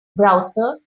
browser